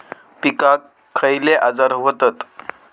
पिकांक खयले आजार व्हतत?